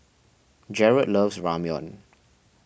Jarret loves Ramyeon